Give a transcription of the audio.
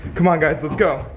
come on guys, let's go.